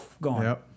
Gone